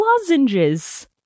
lozenges